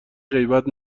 غیبت